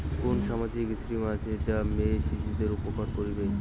কুন সামাজিক স্কিম আছে যা মেয়ে শিশুদের উপকার করিবে?